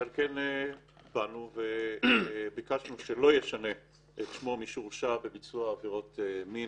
ולכן באנו וביקשנו שמי שהורשע בביצוע עבירות מין